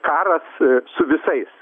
karas su visais